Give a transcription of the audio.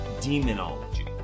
demonology